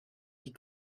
die